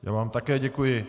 Já vám také děkuji.